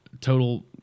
total